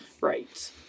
right